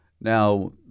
Now